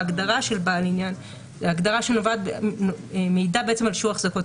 ההגדרה של בעל עניין היא הגדרה שמעידה על שיעור החזקות